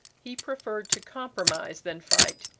he preferred to compromise than fight,